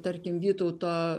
tarkim vytauto